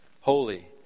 holy